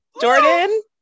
Jordan